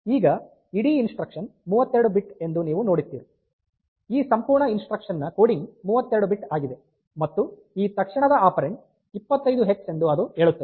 ಈಗ ಇಡೀ instruction 32 bit ಎಂದು ನೀವು ನೋಡುತ್ತೀರಿ ಈ ಸಂಪೂರ್ಣ ಇನ್ಸ್ಟ್ರಕ್ಷನ್ ನ ಕೋಡಿಂಗ್ 32 ಬಿಟ್ ಆಗಿದೆ ಮತ್ತು ಈ ತಕ್ಷಣದ ಆಪೆರಾನ್ಡ್ 25 ಹೆಕ್ಸ್ ಎಂದು ಅದು ಹೇಳುತ್ತದೆ